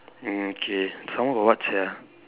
mm okay some more got what sia